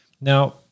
Now